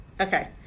Okay